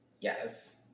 Yes